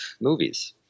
movies